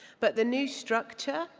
but the new structure,